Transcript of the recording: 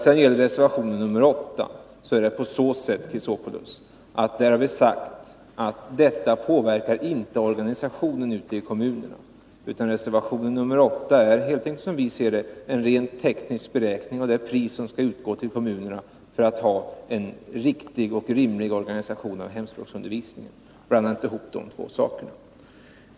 Vad beträffar reservation nr 8 har vi sagt, Alexander Chrisopoulos, att detta inte påverkar organisationen ute i kommunerna. Reservation nr 8 behandlar helt enkelt, som vi ser det, en ren teknisk beräkning av det belopp som skall utgå till kommunerna för att de skall ha en riktig och rimlig organisation av hemspråksundervisningen. Blanda inte ihop de två sakerna!